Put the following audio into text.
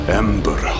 ember